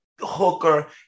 hooker